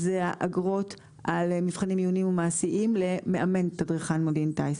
אלה האגרות על מבחנים עיוניים ומעשיים למאמן תדריכן מודיעין טיס.